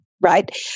right